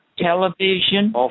Television